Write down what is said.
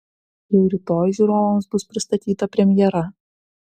jau rytoj žiūrovams bus pristatyta premjera